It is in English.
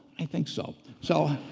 i think so so.